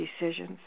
decisions